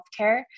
healthcare